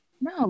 no